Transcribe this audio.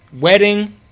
wedding